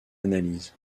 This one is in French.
analyse